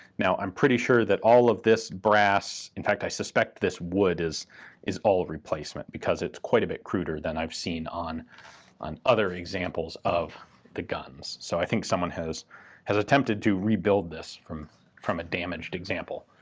now, i'm pretty sure that all of this brass, in fact, i suspect this wood is is all replacement, because it's quite a bit cruder than i've seen on on other examples of the guns. so i think someone has has attempted to rebuild this from from a damaged example.